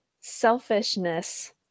selfishness